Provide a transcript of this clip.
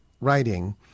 writing